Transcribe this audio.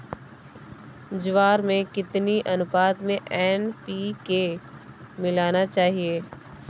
ज्वार में कितनी अनुपात में एन.पी.के मिलाना चाहिए?